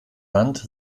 wand